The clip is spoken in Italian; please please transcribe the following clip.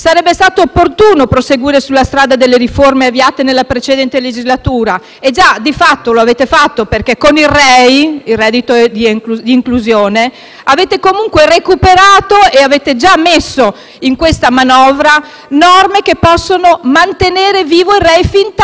Sarebbe stato opportuno proseguire sulla strada delle riforme avviate nella precedente legislatura e, di fatto, voi lo avete fatto. Infatti, con il Rei, il reddito di inclusione, avete comunque recuperato e avete già inserito in questa manovra norme che possono mantenerlo in vita fintanto